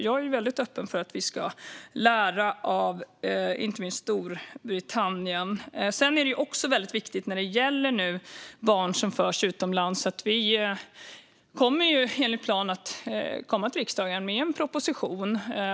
Jag är väldigt öppen för att vi ska lära av inte minst Storbritannien. När det gäller barn som förs utomlands kommer vi enligt plan att komma till riksdagen med en proposition.